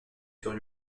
sur